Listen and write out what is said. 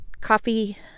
coffee